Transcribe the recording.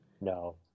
no